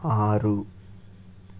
ఆరు